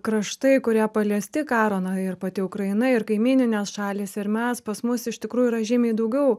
kraštai kurie paliesti karo na ir pati ukraina ir kaimyninės šalys ir mes pas mus iš tikrųjų yra žymiai daugiau